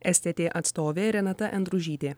stt atstovė renata endružytė